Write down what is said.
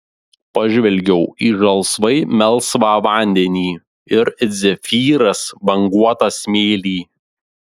pažvelgiau į žalsvai melsvą vandenį ir it zefyras banguotą smėlį